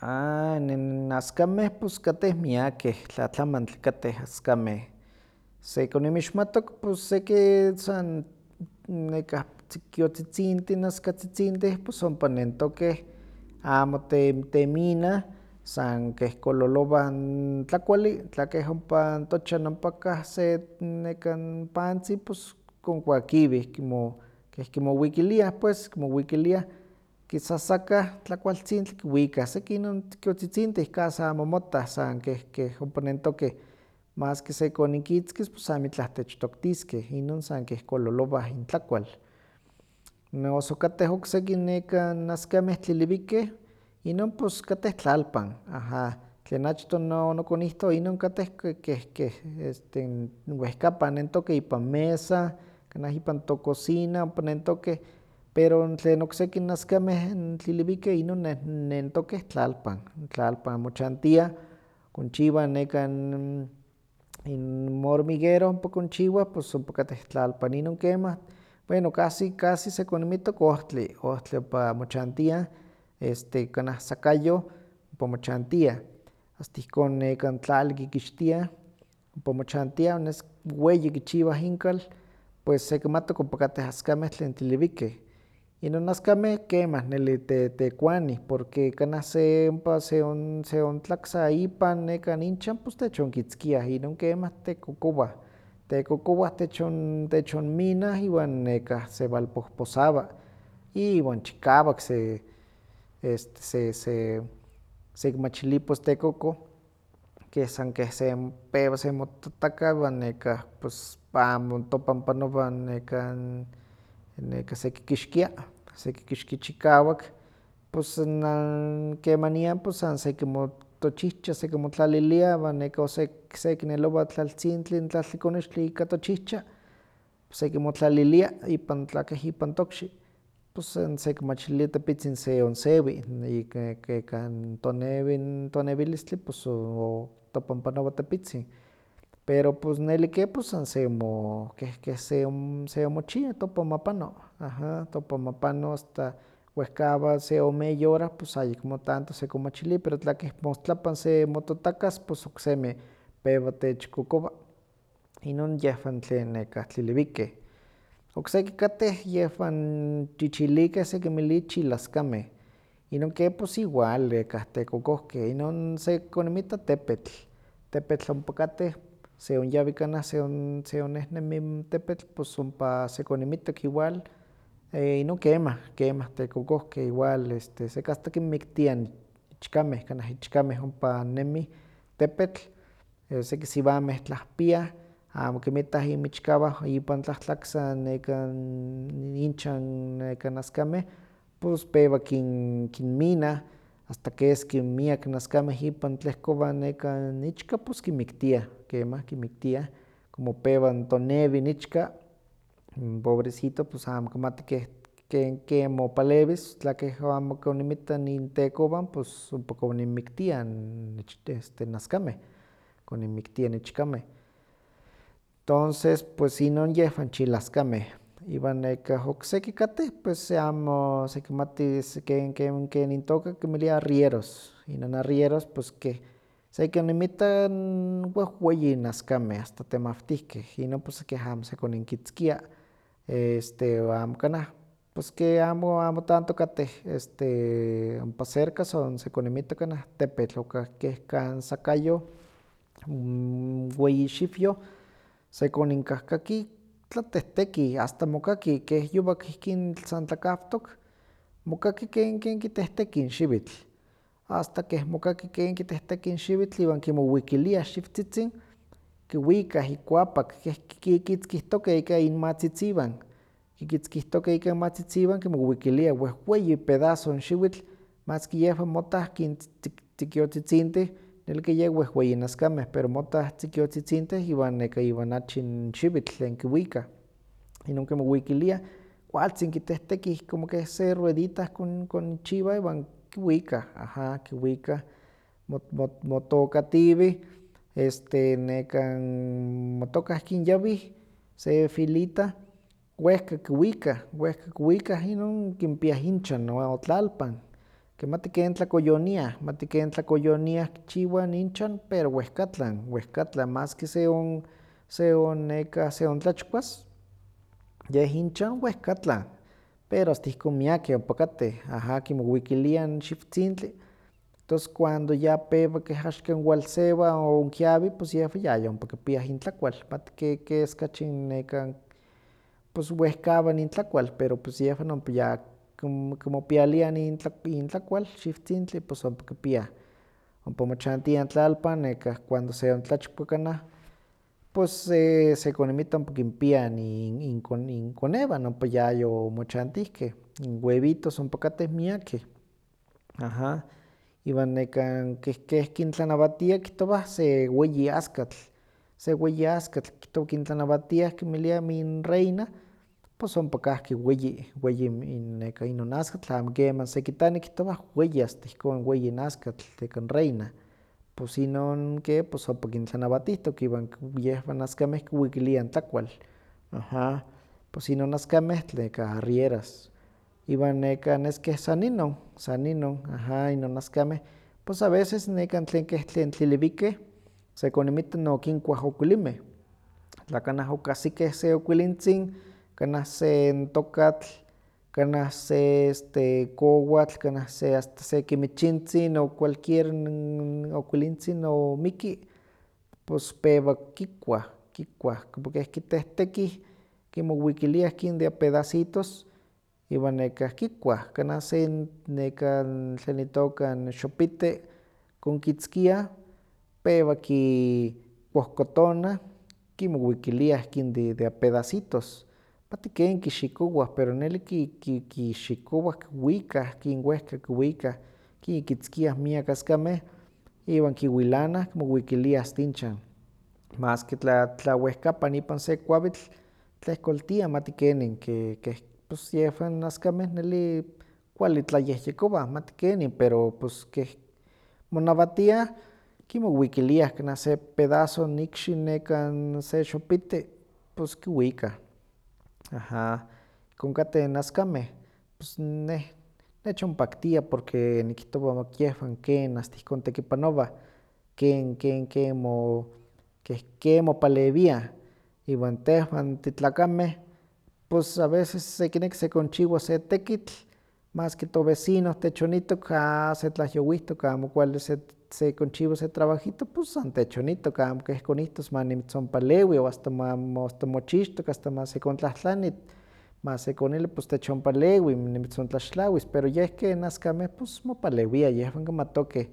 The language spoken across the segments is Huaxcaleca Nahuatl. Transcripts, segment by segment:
Ah n askameh pus kattek miakeh, tlatlamantli katteh askameh, sekoninmixmattok pus seki san nekah tzikiotzitzintih n askatzitzintih pus ompa nentokeh amo te- teminah san keh kololowah n tlakuialli tlakeh ompa tochan ompakah se nekan pantzin pus konkuakiweh kimo- keh kimowikiliah pues, kimowikiliah, kisasakah tlakualtzintli kiwikah, seki inon tzikiotzitzintih casi amo mottah san keh- keh ompa nentoken, maski sekoninkitzkitz pus amitlah techtoktiskeh inon san keh kololowah intlakual. Noso kateh okseki nekan askameh tliliwikeh, inon pus katteh tlalpan, aha, tlen achtoh onokonihtoh inon katteh ke- keh- keh este n wehkapan nentoken ipan mesa, kanah ipan tokosina ompa nentokeh, pero tlen okseki n askameh n tliliwikeh inon nentokeh tlalpan, tlalpan mochantiah, konchiwah nekan inmormiguero ompa konchiwah pus ompa kateh tlalpan, inon kemah bueno casi casi sekoninmittok ohtli, ohtli ompa mochantiah este kanah sacayoh ompa mochantiah, asta ihkon nekan tlali kikixtiah, oma mochantiah, nes weyi kichiwah inkal, pues sekimattok ompa katteh askameh tlen tliliwikeh, inon askameh kemah neli te- tekuanih, porque kanah se- ompa seon- seontlaksa ipan nekan inchan pus techonkitzkiah inon kemah tekokowah, tekokowah techon- techonminah iwan nekah sewalpohposawah, iwan chikawak se- este- se- se- sekimachili pus tekokoh keh san keh se pewa semotataka iwan nekah pus amo topan panowa nekan- nekan sekikixkia, sekikixki xhikawak pus na- kemanian pus san sekimo- tochihcha sekimotlalilia iwan o sek- sekinelowa tlaltzintli n tlaltlikonextli ika tochihcha sekimotlalilia ipan tlakeh ipan tokxi, pus san sekimachilia tepitzin se on sewi n ika- ke- kan tonewi n tonewilistli pus o- topan panowa tepitzin, pero pus neli ke san semo- keh- keh seom- seonmochia topan ma pano, aha, topan ma pano, asta wehkawa se ome eyi hora, ayekmo tanto sekonmachili pero tla keh mostlapan semotatakas pus oksemi pewa techkokowa, inon yehwan tel nekah tlen tliliwikeh. Okseki kateh yehwan chichilikeh sekinmili chilaskameh, inon ke pus igual tekokohkeh, inon sekoninmita tepetl, tepetl ompa kateh, seonyawi kanah seon- seonnehnemi n tepetl pus ompa sekoninmittok igual inon kemah, kemah tekokohkeh igual este seki asta kinmiktn ichkameh, kanah ichkameh ompa nemih tepetl, seki siwameh tlahpia, amo kinmitah inmichkawan ipan tlahtlaksa nekan inchan nekan askameh pus pewa kin- kinminah asta keski miak naskameh ipan tlehkowah nekan icha pus kimiktia, kemah kimiktiah, como pewa n tonewi n ichka pobrecito pus amo kimati keh- ken- kenmopalewis tlakeh amo koninmittah inteekowan pus ompa koninmiktia ich- este- n- askameh, koninmiktiah n ichkameh, tonces pues inon yehwan chilaskameh, iwan nekan okseki katteh pues se amo- sekimatis ken- ken- ken intooka kinmiliah arrieras, inon arrieras pus keh sekoninmitta wehweyih n askameh asta temawtihkeh, inon pues keh amo sekoninkitzkia, este amo kanah pus ke amo amo tanto katteh este ompa cerca son sekoninmittok kanah tepetl, o kah- keh- kan sakayoh weyi xiwyoh sekoninkaki tlatehtekih asta mokaki, keh yowak ihkin san tlakawtok mokaki ken- ken kitehtekih n xiwitl, asta keh momaki ken kitehtekih xiwitl iwan kimowikiliah xiwtzitzin kiwika ikuapak keh ki- kikitzkihtokeh ika inmatzitziwan, kikitzkihtokeh ika inmatzitziwan kimowilikiah wehweyi pedazo n xiwitl, maski yehwan motta ihkin tzik- tzikiotzitzintih neli ke yeh wehweyi n askameh pero mottah tzikiotzitzintih iwan nekan iwan achi n xiwitl tlen kiwikah, inon kimowikiliah kualtzin kitehtekih como que se ruedita kon- konchiwah iwan kiwikah, aha, kiwikah, mo- mot- motokatiiweh este nekan motokah ihkin yawih se filita wehka kiwika, wehka kiwikah, inon kinpiah inchan no tlalpan, amati ken tlakoyoniah, amati ken tlakoyoniah, kichiwah n inchan pero wehkatlan, wehkatlan, maski seon- seon- nekah- seontlachkuas, yeh inchan wehkatlan, pero asta ihkon miakeh ompa katteh, kimowikiliah xiwtzintli, tos cuando ya pewa keh axkan walsewa o kiawi pus yehwan ya yompa kipiah intlakual, mati ke- keskachi n nekan pus wehkawa intlakual pero pus yehwan ompa ya kim- kimopialiah nintlak- intlakual xiwtzintli pus ompa kipia, ompa mochantoah tlalpan nekah cuando se ontlachkua kanah pus sekoninmitta ompa kinpiah in- inko- inkonewan ompa yayomochantihkeh, webitos ompa kateh miakeh, aha. Iwan nekan kih- keh kintlanawatia kihtowah se weyi askatl, se weyi askatl kimiliah m- inreyna pus ompa kahki weyi, weyi- in- nekah inon askatl amo keman sekitani kihtowah weyi asta ihkon weyi n askatl reyna, pus inon ke pus ompa kintlanawatihtok, iwan ki- yehwan askameh kiwikiliah n tlakual, aha, pus inon askameh tle- kah- arrieras, iwan nekah nes kes san inon, san inon, aha inon askameh, pus a veces nekan tlen keh tlen tliliwikeh sekoninmittah nokinkuah okuilinmeh, tla kanah okahsikeh se okuilintzin, kanah se n tokatl, kanah se este kowatl, kanah se asta se n kimichintzin, o cualuquier okuilintzin omikki, pus pewa kikuah, kikuah, como keh kitehtekih, kimowikiliah ihkin dea pedacitos, iwan nekah kikuah kanah se n nekah tlen itooka, xipite, konkitzkiah, pewa kikohkotona, kimowikiliah ihkin de- dea pedacitos, mati ken kixikowa pero neli ki- ki- kixikowah kiwikah ihkin wehka kiwikah kikitzkiah miak askameh iwan kiwilanah kimowikiliah asta inchan, maski tla- tlawehkapan ipan se kuawitl kitlehkoltiah mati kenin ke- keh pus yehwan askameh neli kualli tlayehyekowah mati kenin pero pues keh monawatiah kimowikiliah kanah se pedazo n ikxi nekan se xopite pus kiwikah, aha. Ihkon kateh n askameh, pus neh nechonpaktia porque nikihtowa yehwan ken asta ihkon tekipanowah ken- ken- ken mo- keh ken mopalewiah, iwan tehwan titlakameh pus a veces sekineki sekonchiwas se tekitl maski tovecino techoittok a setlahyowihtok amo kualli set- sekonchiwa se trabajito pus san techonittok, amo keh konihtos manimitzonpalewi, o asta ma- mo- asta mochixtok asta ma sekontlahtlani masekonilli pus techonpalewi nimitzontlaxtlawis, pero yeh ken askameh pus mopalewiah yehwan kimatokeh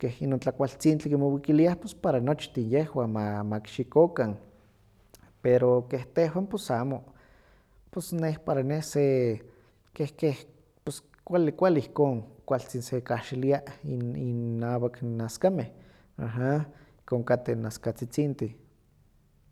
keh inon tlakualtzintli kimowikiliah pus para nochtin yehwan ma- makixikokan, pero keh tehwan pus amo, pus neh para neh se keh- keh pus kualli- kualli ihkon kualtzin se kahxilia in- innawak n askameh, aha. Ihkon kateh n askatzitzintih.